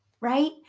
right